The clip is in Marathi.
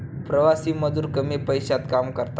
प्रवासी मजूर कमी पैशात काम करतात